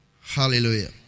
Hallelujah